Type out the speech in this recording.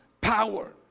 power